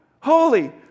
holy